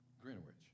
Greenwich